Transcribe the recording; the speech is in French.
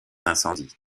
incendies